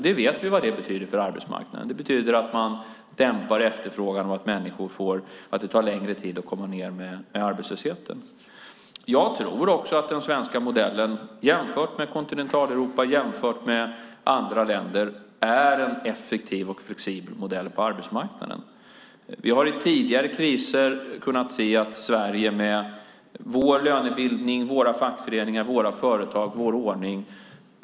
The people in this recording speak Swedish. Vi vet vad det betyder för arbetsmarknaden. Det betyder att man dämpar efterfrågan och att det tar längre tid att sänka arbetslösheten. Jag tror också att den svenska modellen, jämfört med Kontinentaleuropa och jämfört med andra länder, är en effektiv och flexibel modell på arbetsmarknaden. I tidigare kriser har vi kunnat se att vi i Sverige har klarat oss bättre med vår lönebildning, våra fackföreningar, våra företag och vår ordning.